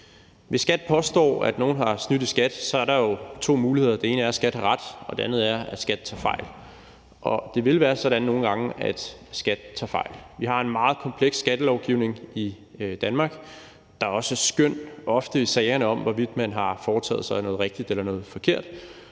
påstår, at nogen har snydt i skat, er der jo to muligheder. Den ene er, at skattemyndighederne har ret, og den anden er, at skattemyndighederne tager fejl. Og det vil være sådan nogle gange, at skattemyndighederne tager fejl. Vi har en meget kompleks skattelovgivning i Danmark. Der er også skøn, ofte i sagerne om, hvorvidt man har foretaget sig noget rigtigt eller noget forkert.